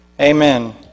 Amen